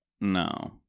No